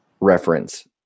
reference